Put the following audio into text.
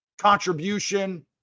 contribution